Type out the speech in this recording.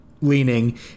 leaning